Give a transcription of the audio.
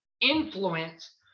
influence